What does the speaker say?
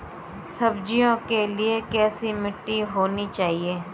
सब्जियों के लिए कैसी मिट्टी होनी चाहिए?